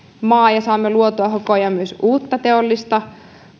maa ja saamme luotua koko ajan myös uutta teollista